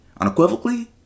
unequivocally